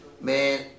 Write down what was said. Man